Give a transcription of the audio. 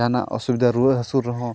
ᱡᱟᱦᱟᱱᱟᱜ ᱚᱥᱩᱵᱤᱫᱟ ᱨᱩᱣᱟᱹᱜ ᱦᱟᱹᱥᱩ ᱨᱮᱦᱚᱸ